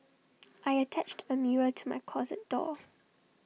I attached A mirror to my closet door